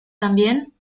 también